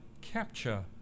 capture